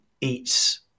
eats